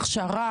הכשרה,